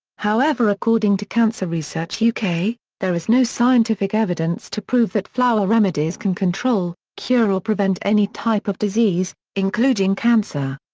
however according to cancer research uk, there is no scientific evidence to prove that flower remedies can control, cure or prevent any type of disease, including cancer.